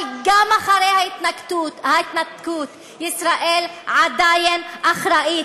אבל גם אחרי ההתנתקות ישראל עדיין אחראית.